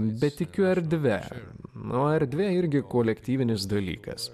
bet tikiu erdve nu erdvė irgi kolektyvinis dalykas